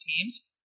teams